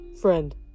friend